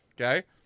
okay